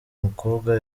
mukobwa